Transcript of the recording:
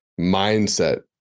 mindset